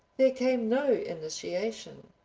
there came no initiation.